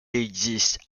existe